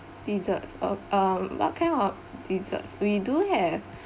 desserts oh uh what kind of desserts we do have